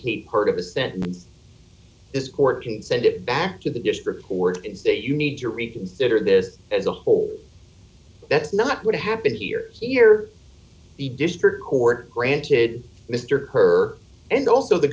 heard of a sentence this court can send it back to the just report and say you need to reconsider this as a whole that's not what happened here here the district court granted mr her and also the